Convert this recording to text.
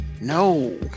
no